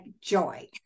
joy